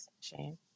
Shane